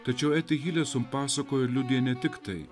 tačiau ete hileson pasakojo ir liudija ne tik tai